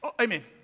amen